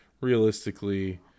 Realistically